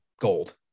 gold